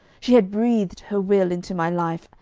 she had breathed her will into my life,